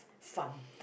fun